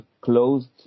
closed